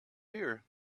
here